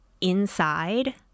inside